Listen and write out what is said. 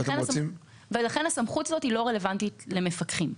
לכן, הסמכות הזאת לא רלוונטית למפקחים.